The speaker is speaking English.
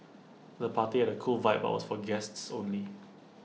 the party had A cool vibe but was for guests only